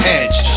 edge